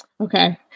Okay